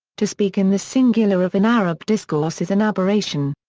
to speak in the singular of an arab discourse is an aberration.